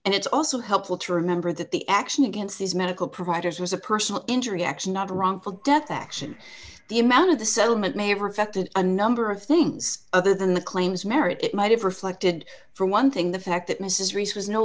and it's also helpful to remember that the action against these medical providers was a personal injury action not a wrongful death action the amount of the settlement may have affected a number of things other than the claims merit it might have reflected for one thing the fact that mrs